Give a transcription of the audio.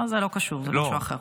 זה לא קשור, זה משהו אחר.